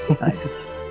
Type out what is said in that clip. Nice